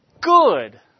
Good